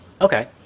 Okay